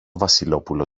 βασιλόπουλο